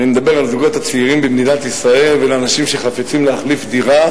אני מדבר על הזוגות הצעירים במדינת ישראל ועל אנשים שחפצים להחליף דירה.